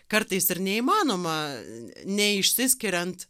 kartais ir neįmanoma neišsiskiriant